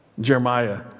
Jeremiah